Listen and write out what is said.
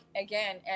again